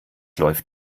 läuft